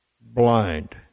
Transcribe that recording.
blind